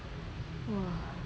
mm